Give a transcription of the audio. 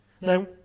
Now